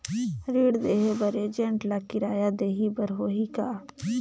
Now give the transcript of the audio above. ऋण देहे बर एजेंट ला किराया देही बर होही का?